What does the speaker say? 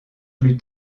plus